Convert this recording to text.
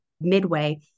midway